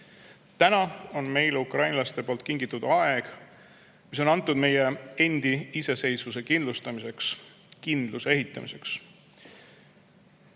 on meil ukrainlaste poolt kingitud aeg, mis on antud meie enda iseseisvuse kindlustamiseks, kindluse ehitamiseks.